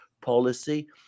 policy